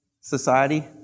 society